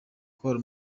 gor